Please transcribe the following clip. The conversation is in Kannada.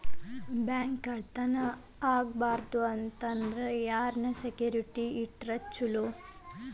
ಬ್ಯಾಂಕ್ ಕಳ್ಳತನಾ ಆಗ್ಬಾರ್ದು ಅಂತ ಅಂದ್ರ ಯಾರನ್ನ ಸೆಕ್ಯುರಿಟಿ ಇಟ್ರ ಚೊಲೊ?